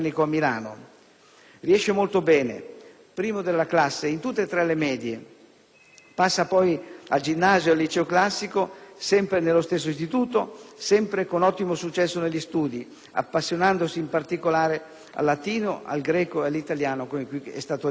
Riesce molto bene, primo della classe in tutte e tre le medie. Passa poi al ginnasio, al liceo classico, sempre nello stesso istituto, sempre con ottimo successo negli studi, appassionandosi in particolare al latino, al greco e all'italiano, come è stato ricordato prima.